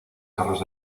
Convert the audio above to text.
carros